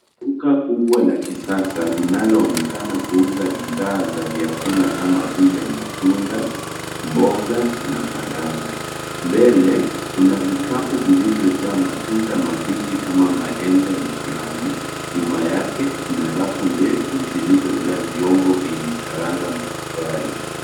Duka kubwa la kisasa linalooneka kuhusa bidhaa za vyakula kama vile; matunda, mboga na karanga. Mbele Kuna vikabu vilivyo jaa matunda mapiji kama maembe na plamu, nyuma yake kuna rafu ndefu zilizojaa vyombo vyenye karanga mbalimbali.